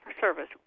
service